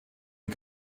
die